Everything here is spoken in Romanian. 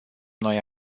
noi